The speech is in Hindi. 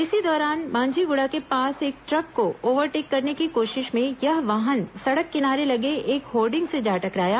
इसी दौरान मांझीगुड़ा के पास एक ट्रक को ओवरटेक करने की कोशिश में यह वाहन सड़क किनारे लगे एक होर्डिंग से जा टकराया